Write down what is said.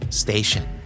station